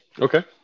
Okay